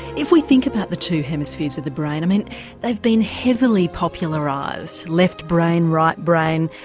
if we think about the two hemispheres of the brain, i mean they've been heavily popularised left brain right brain.